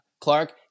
Clark